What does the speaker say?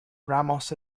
ramos